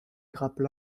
grappes